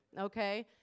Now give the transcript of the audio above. okay